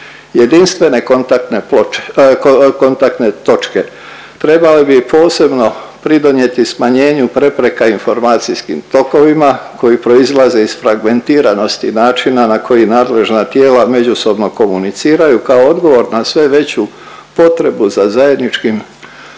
ploče, kontaktne točke trebale bi posebno pridonijeti smanjenju prepreka informacijskim tokovima koji proizlaze iz fragmentiranosti načina na koji nadležna tijela međusobno komuniciraju kao odgovor na sve veću potrebu za zajedničkim